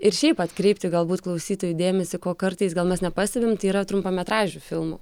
ir šiaip atkreipti galbūt klausytojų dėmesį ko kartais gal mes nepastebim tai yra trumpametražių filmų